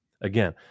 Again